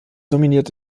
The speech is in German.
dominiert